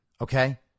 okay